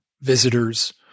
visitors